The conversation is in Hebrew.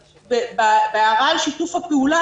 בהערה על שיתוף הפעולה,